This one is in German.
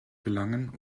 gelangen